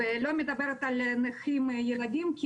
אני לא מדברת על ילדים נכים,